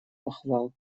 похвал